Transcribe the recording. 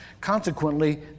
consequently